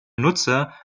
nutzer